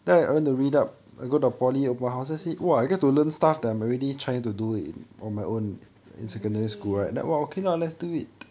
mm oh